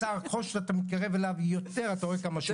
לשר ככל שאתה מתקרב אליו יותר אתה רואה כמה שהוא קטן.